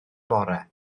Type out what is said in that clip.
bore